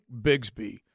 Bigsby